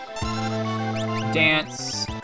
Dance